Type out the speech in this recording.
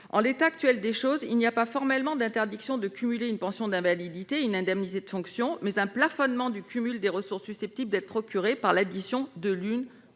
En l'état actuel des choses, il n'y a pas formellement d'interdiction de cumuler une pension d'invalidité et une indemnité de fonction, mais il y a un plafonnement du cumul des ressources susceptibles d'être procurées par l'addition de l'une